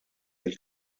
fil